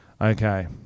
Okay